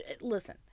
listen